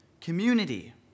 community